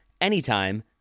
anytime